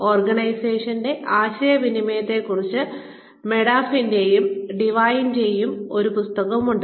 ഓർഗനൈസേഷന്റെ ആശയവിനിമയത്തെ കുറിച്ച് മൊഡാഫിന്റെയും ഡിവൈന്റെയും ഒരു പുസ്തകമുണ്ട്